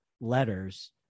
letters